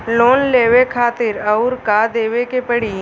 Loan लेवे खातिर अउर का देवे के पड़ी?